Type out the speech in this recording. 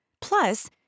Plus